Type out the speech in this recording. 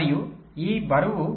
మరియు ఈ బరువు 0